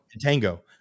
tango